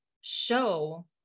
show